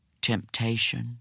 temptation